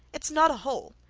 it's not a hole.